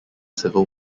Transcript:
civil